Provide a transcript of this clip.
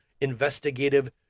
investigative